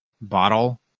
bottle